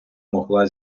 могла